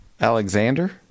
Alexander